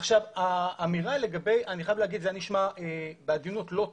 אני חייב להגיד שזה נשמע בעדינות לא טוב,